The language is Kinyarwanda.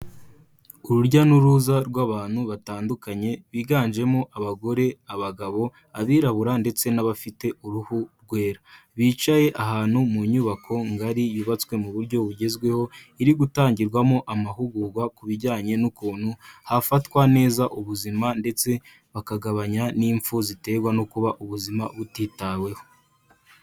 Urujya n'uruza rw'abantu batandukanye biganjemo abagore, abagabo, abirabura ndetse n'abafite uruhu rwera, bicaye ahantu mu nyubako ngari yubatswe mu buryo bugezweho, iri gutangirwamo amahugurwa ku bijyanye n'ukuntu hafatwa neza ubuzima ndetse bakagabanya n'impfu ziterwa no kuba ubuzima butitaweho.